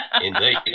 Indeed